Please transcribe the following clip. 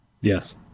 Yes